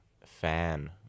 fan